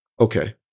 Okay